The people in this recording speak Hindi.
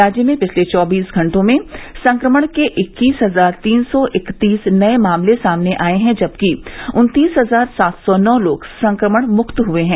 राज्य में पिछले चौबीस घंटे में संक्रमण के इक्कीस हजार तीन सौ इकतीस नये मामले सामने आये हैं जबकि उन्तीस हजार सात सौ नौ लोग संक्रमणमुक्त हुये हैं